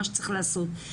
מה שצריך לעשות.